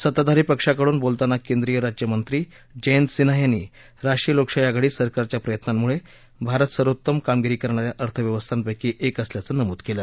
सत्ताधारी पक्षाकडून बोलताना केंद्रीय राज्यमंत्री जयंत सिन्हा यांनी राष्ट्रीय लोकशाही आघाडी सरकारच्या प्रयत्नांमुळे भारत सर्वोत्तम कामगिरी करणार्या अर्थव्यवस्थांपैकी एक असल्याचं नमूद केलं